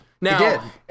Now